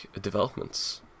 developments